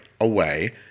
away